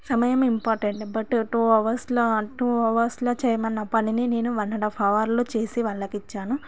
సమయం important but two అవర్స్లో two అవర్స్లో చేయమన్న పనిని నేను వన్ అండ్ హాఫ్ అవర్లో నేను కంప్లీట్ చేసి వాళ్ళకి ఇచ్చాను